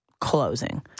closing